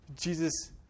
Jesus